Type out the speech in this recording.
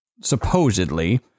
supposedly